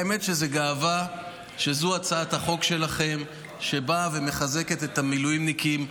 האמת היא שזו גאווה שזו הצעת החוק שלכם שבאה ומחזקת את המילואימניקים.